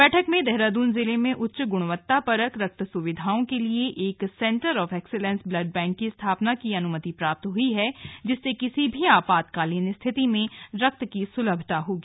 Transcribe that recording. बैठक में देहरादून जिले में उच्च गुणवत्तापरक रक्त सुविधाओं के लिए एक centre of excellence blood bank की स्थापना की अनुमति प्राप्त हुई है जिससे किसी भी आपातकालीन स्थिति में रक्त की सुलभता होगी